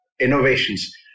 innovations